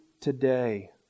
today